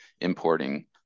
importing